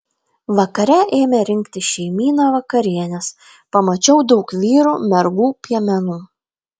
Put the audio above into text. vakare ėmė rinktis šeimyna vakarienės pamačiau daug vyrų mergų piemenų